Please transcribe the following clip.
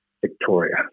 Victoria